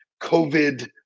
COVID